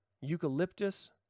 eucalyptus